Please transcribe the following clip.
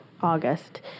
August